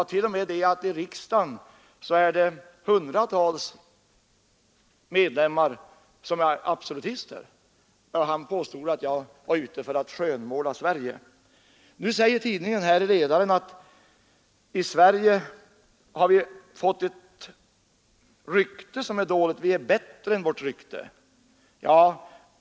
— ”Ja, t.o.m. i riksdagen finns det minst ett hundratal ledamöter som är absolutister.” Då påstod han att jag var ute för att skönmåla Sverige. Nu säger tidningen i den här ledaren att i Sverige har vi fått ett dåligt rykte, men vi är bättre än vårt rykte.